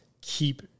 keep